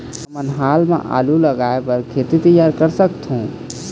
हमन हाल मा आलू लगाइ बर खेत तियार कर सकथों?